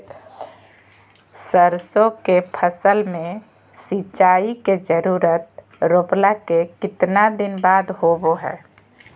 सरसों के फसल में सिंचाई के जरूरत रोपला के कितना दिन बाद होबो हय?